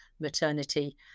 maternity